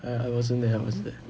I I wasn't there I wasn't there